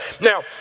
Now